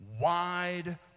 wide